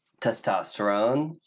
Testosterone